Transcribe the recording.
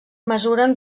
mesuren